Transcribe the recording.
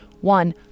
one